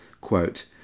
quote